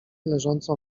leżącą